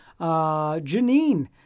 Janine